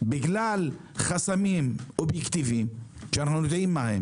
בגלל חסמים אובייקטיביים שאנו יודעים מהם